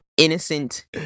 innocent